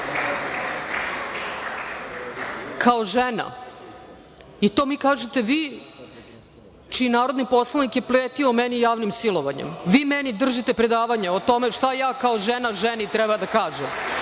Kao žena, i to mi kažete vi čiji narodni poslanik je pretio meni javnim silovanjem. Vi meni držite predavanje o tome šta ja kao žena ženi treba da kažem.